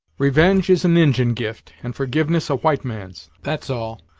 revenge is an injin gift, and forgiveness a white man's. that's all.